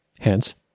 Hence